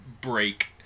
break